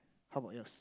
how about yours